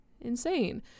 insane